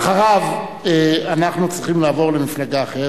אחריו אנחנו צריכים לעבור למפלגה אחרת.